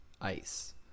ice